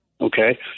okay